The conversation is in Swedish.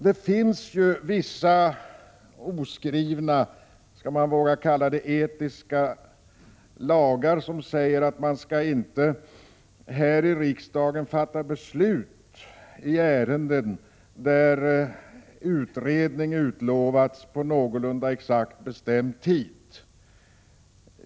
Det finns vissa oskrivna etiska — om jag får kalla dem så — lagar som säger att vi här i riksdagen inte skall fatta beslut i ärenden där utredning har utlovats inom någorlunda bestämd tid.